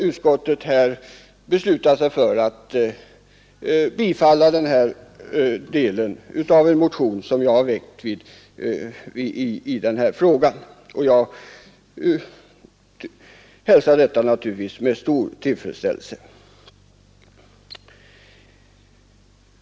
Utskottet har beslutat bifalla den här delen av en motion som jag väckt i frågan, och jag hälsar naturligtvis detta med stor tillfredsställelse.